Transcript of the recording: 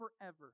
forever